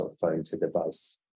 phone-to-device